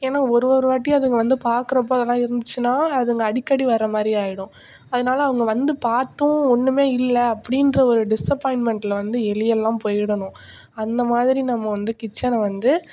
ஏன்னா ஒரு ஒரு வாட்டியும் அதுங்க வந்து பாக்கிறப்ப அதல்லாம் இருந்துச்சுனா அதுங்க அடிக்கடி வர மாதிரி ஆகிடும் அதனால அவங்க வந்து பார்த்தும் ஒன்றுமே இல்லை அப்படின்ற ஒரு டிசப்பாயின்ட்மெண்ட்டில் வந்து எலியெல்லாம் போய்டணும் அந்த மாதிரி நம்ம வந்து கிச்சனை வந்து